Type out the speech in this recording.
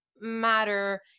matter